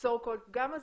so called הפגם הזה,